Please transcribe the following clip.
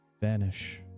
vanish